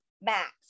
max